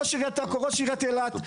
ראש עיריית אילת.